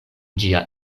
ĝia